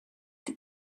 that